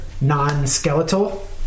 non-skeletal